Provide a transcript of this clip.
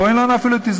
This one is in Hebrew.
פה אין לנו אפילו תזמורת.